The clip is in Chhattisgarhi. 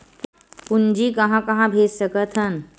पूंजी कहां कहा भेज सकथन?